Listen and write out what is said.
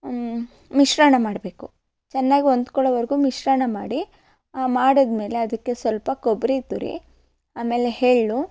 ಮಿಶ್ರಣ ಮಾಡಬೇಕು ಚೆನ್ನಾಗಿ ಹೊಂದ್ಕೊಳ್ಳೋವರೆಗೂ ಮಿಶ್ರಣ ಮಾಡಿ ಮಾಡಿದ್ಮೇಲೆ ಅದಕ್ಕೆ ಸ್ವಲ್ಪ ಕೊಬ್ಬರಿ ತುರಿ ಆಮೇಲೆ ಎಳ್ಳು